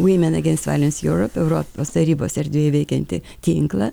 women against violence europe europos tarybos erdvėje veikiantį tinklą